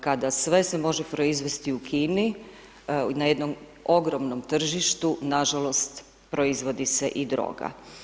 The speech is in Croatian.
Kada sve se može proizvesti u Kini na jednom ogromnom tržištu, nažalost, proizvodi se i droga.